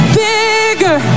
bigger